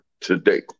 today